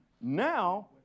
Now